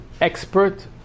expert